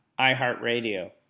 iHeartRadio